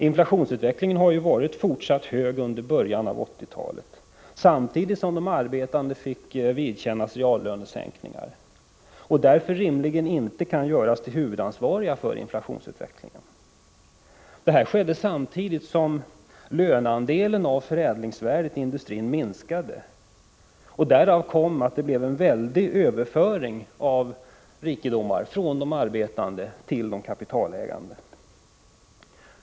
Inflationsutvecklingen har ju varit fortsatt snabb under början av 1980-talet, samtidigt som de arbetande fått vidkännas reallönesänkningar och därför rimligen inte kan göras till huvudansvariga för inflationsutvecklingen. Detta har skett samtidigt som löneandelen av förädlingsvärdet inom industrin minskat. Därav kom att det blev en väldig överföring av rikedomar från de arbetande till de kapitalägande.